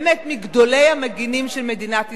באמת, מגדולי המגינים של מדינת ישראל.